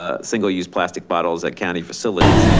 ah single-use plastic bottles at county facilities.